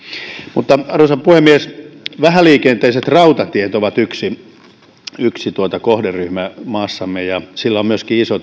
arvoisa puhemies vähäliikenteiset rautatiet ovat yksi kohderyhmä maassamme ja niillä on iso